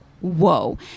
whoa